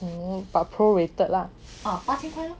mmhmm but pro rated lah